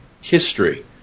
history